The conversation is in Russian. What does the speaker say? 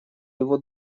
его